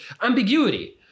ambiguity